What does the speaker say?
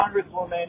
congresswoman